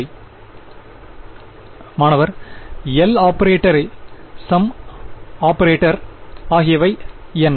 சரி மாணவர் L operator sum operator ஆகியவை என்ன